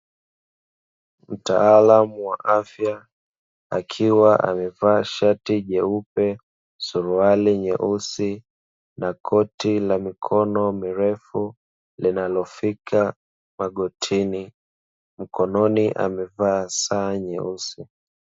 Mtaalamu wa afya akiwa amevaa shati jeupe, suruali nyeusi na koti la mikono mirefu linalofika magotini, mkononi amevaa saa nyeusi.